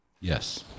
yes